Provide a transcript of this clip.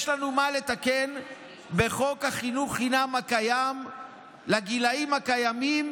יש לנו מה לתקן בחוק החינוך חינם הקיים לגילים הקיימים,